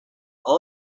all